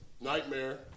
nightmare